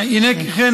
הינה כי כן,